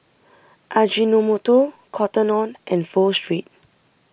Ajinomoto Cotton on and Pho Street